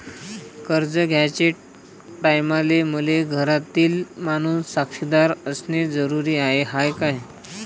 कर्ज घ्याचे टायमाले मले घरातील माणूस साक्षीदार असणे जरुरी हाय का?